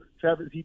Travis